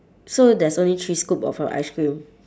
so there's only three scoop of a ice cream